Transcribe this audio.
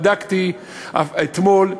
בדקתי אתמול,